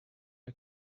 are